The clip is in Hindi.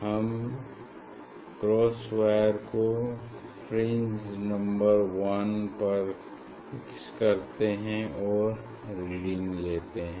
हम क्रॉस वायर को फ्रिंज नंबर वन पर फिक्स करते हैं और रीडिंग लेते हैं